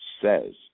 says